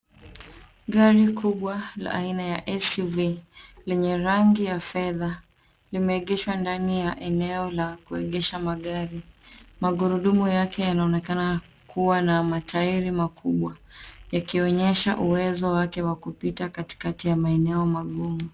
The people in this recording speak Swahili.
Gari kubwa la aina ya SUV lenye rangi ya fedha, limeegeshwa ndani ya eneo la kuegesha magari. Magurudumu yake yanaonekana kuwa na matairi makubwa, yakionyesha uwezo wake wa kupita katikati ya maeneo magumu.